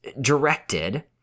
directed